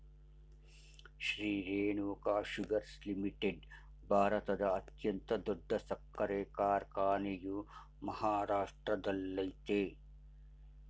Shri Renuka Sugars Limited ಭಾರತದ ಅತ್ಯಂತ ದೊಡ್ಡ ಸಕ್ಕರೆ ಕಾರ್ಖಾನೆಯು ಮಹಾರಾಷ್ಟ್ರದಲ್ಲಯ್ತೆ